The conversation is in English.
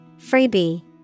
Freebie